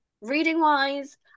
Reading-wise